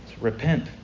Repent